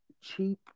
cheap